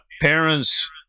parents